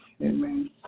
Amen